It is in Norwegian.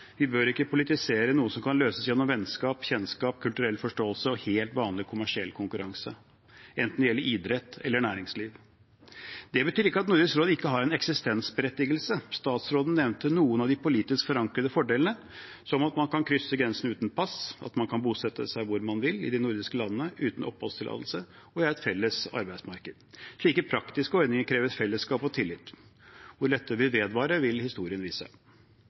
Vi bør ikke politisere noe som kan løses gjennom vennskap, kjennskap, kulturell forståelse og helt vanlig kommersiell konkurranse, enten det gjelder idrett eller næringsliv. Det betyr ikke at Nordisk råd ikke har en eksistensberettigelse. Statsråden nevnte noen av de politisk forankrede fordelene, som at man kan krysse grensene uten pass, at man kan bosette seg hvor man vil i de nordiske landene uten oppholdstillatelse, og at vi har et felles arbeidsmarked. Slike praktiske ordninger krever fellesskap og tillit. Om dette vil vedvare, vil historien vise.